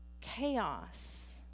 Chaos